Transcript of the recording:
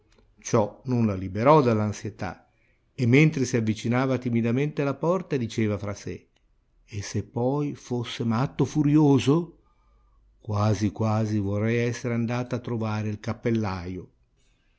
ciò non la liberò dall'ansietà e mentre si avvicinava timidamente alla porta diceva fra sè e se poi fosse matto furioso quasi quasi vorrei essere andata a trovare il cappellaio